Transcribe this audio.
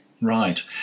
Right